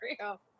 real